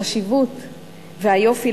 החשיבות והיופי,